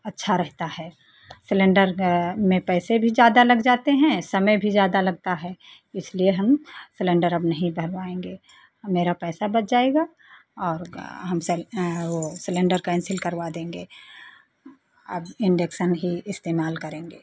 अच्छा रहता है सिलेंडर में पैसे भी ज़्यादा लग जाते हैं समय भी ज़्यादा लगता है इसलिए हम सिलेंडर अब नहीं भरवाएंगे मेरा पैसा बच जाएगा और हम वो सिलेंडर केन्सिल करवा देंगे अब इंडक्शन ही इस्तेमाल करेंगे